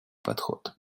подход